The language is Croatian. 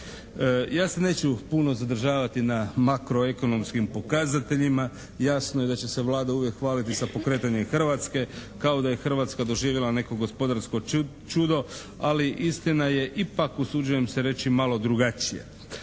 Ja se neću puno zadržavati na makroekonomskim pokazateljima, jasno je da će se Vlada uvijek hvaliti sa pokretanjem Hrvatske, kao da je Hrvatska doživjela neko gospodarsko čudo ali istina je ipak usuđujem se reći malo drugačija.